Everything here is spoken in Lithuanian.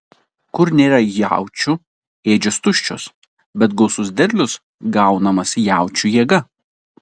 kur nėra jaučių ėdžios tuščios bet gausus derlius gaunamas jaučių jėga